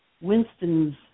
Winston's